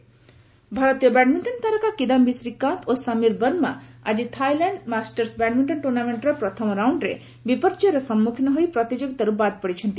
badminton Thailand Masters ଭାରତୀୟ badminton ତାରକା କିଦାୟୀ ଶ୍ରୀକାନ୍ତ ଓ ସମୀର ବର୍ମା ଆଜି ଥାଇଲ୍ୟାଣ୍ଡ ମାଷ୍ଟର୍ସ ବ୍ୟାଡ୍ମିଷ୍ଟନ ଟୁର୍ଣ୍ଣାମେଣ୍ଟର ପ୍ରଥମ ରାଉଣ୍ଡ୍ରେ ବିପର୍ଯ୍ୟୟର ସମ୍ମଖୀନ ହୋଇ ପ୍ରତିଯୋଗିତାର୍ ବାଦ୍ ପଡ଼ିଚ୍ଚନ୍ତି